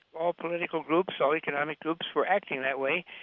all political groups, all economic groups were acting that way.